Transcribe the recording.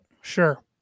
Sure